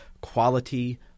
quality